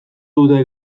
dute